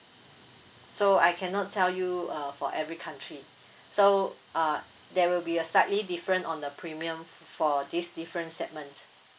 so I cannot tell you uh for every country so uh there will be a slightly different on the premium for these different segments